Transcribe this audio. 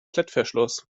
klettverschluss